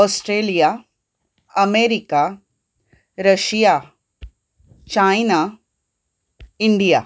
Australia America Russia China India